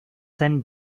sent